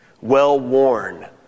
well-worn